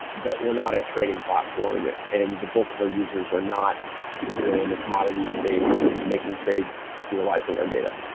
but we're not a trading platform and the bulk of our users are not you know in the commodity space making trades, utilizing our data.